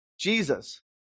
Jesus